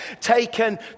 taken